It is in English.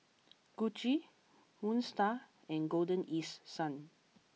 Gucci Moon Star and Golden East Sun